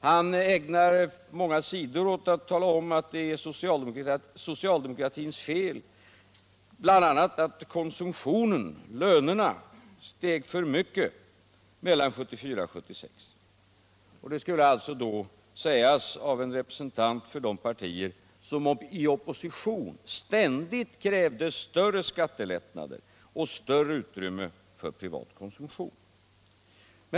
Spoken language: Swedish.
Han ägnar många sidor åt att tala om, att det är socialdemokratins fel bl.a. att konsumtionen — dvs. lönerna — steg för mycket mellan 1974 och 1976. Det sägs alltså av en representant för de partier som i opposition ständigt krävde större skattelättnader och större utrymme för privat konsumtion.